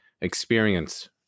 experience